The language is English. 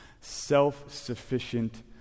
self-sufficient